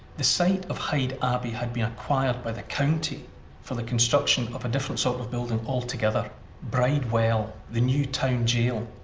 the site of hyde abbey had been acquired by the county for the construction of a different sort of building altogether bridewell the new town jail.